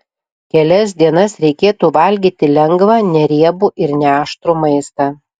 kelias dienas reikėtų valgyti lengvą neriebų ir neaštrų maistą